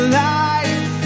life